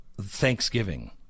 thanksgiving